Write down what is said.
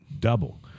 double